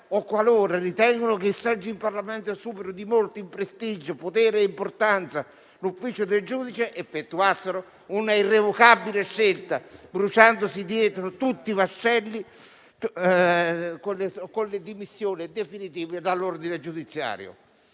o, qualora ritengano che il seggio in Parlamento superi di molto in prestigio, potere ed importanza l'ufficio del giudice, effettuassero una irrevocabile scelta, bruciandosi dietro tutti i vascelli alle spalle, con le dimissioni definitive dall'ordine giudiziario».